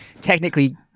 technically